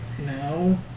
No